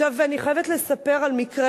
עכשיו אני חייבת לספר על מקרה.